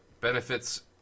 benefits